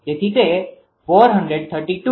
તેથી તે 432